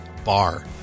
Bar